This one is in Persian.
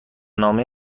نامه